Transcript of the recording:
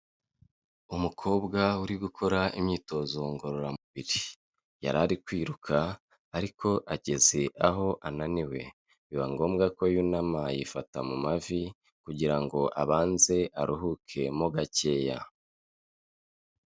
Umukobwa uri gukora imyitozo ngororamubiri, yari ari kwiruka ariko ageze aho ananiwe, biba ngombwa ko yunama yifata mu mavi kugira ngo abanze aruhukemo gakeya.